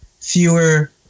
fewer